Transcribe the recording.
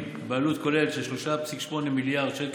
בעלות כוללת של 3.8 מיליארד שקל,